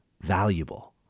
valuable